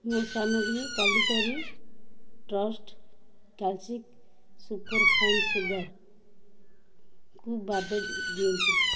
ମୋ ସାମଗ୍ରୀ ତାଲିକାରୁ ଟ୍ରଷ୍ଟ୍ କ୍ଲାସିକ୍ ସୁପର୍ଫାଇନ୍ ସୁଗାର୍କୁ ବାଦ ଦିଅନ୍ତୁ